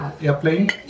airplane